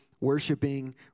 worshiping